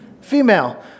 female